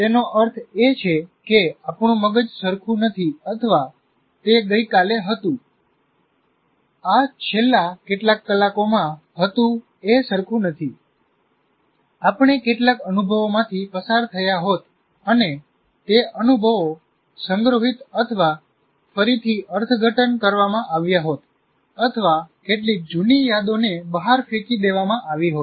તેનો અર્થ એ છે કે આપણું મગજ સરખું નથી અથવા તે ગઈકાલે હતું આ છેલ્લા કેટલાક કલાકોમાં હતું એ સરખું નથી આપણે કેટલાક અનુભવોમાંથી પસાર થયા હોત અને તે અનુભવો સંગ્રહિત અથવા ફરીથી અર્થઘટન કરવામાં આવ્યા હોત અથવા કેટલીક જૂની યાદોને બહાર ફેંકી દેવામાં આવી હોત